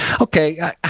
okay